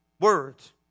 Words